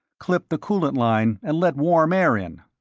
clipped the coolant line, and let warm air in.